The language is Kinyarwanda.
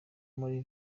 muri